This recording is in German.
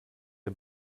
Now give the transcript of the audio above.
der